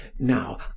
now